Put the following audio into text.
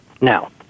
Now